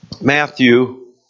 Matthew